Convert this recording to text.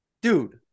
Dude